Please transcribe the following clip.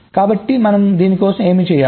కాబట్టి మనం ఏమి చేయాలి